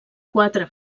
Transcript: quatre